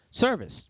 service